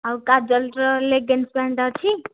ଆଉ କାଜଲର leggings pant ଅଛି